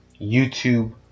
YouTube